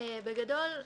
בגדול,